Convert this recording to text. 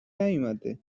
نیومده